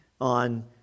on